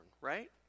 right